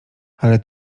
ale